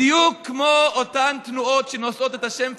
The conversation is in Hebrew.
בדיוק כמו אותן תנועות שנושאות את השם פמיניזם,